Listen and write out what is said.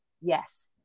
yes